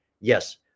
Yes